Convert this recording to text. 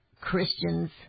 Christians